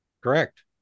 correct